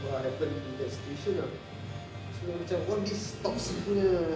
ya happen in that situation ah so macam all these toxic punya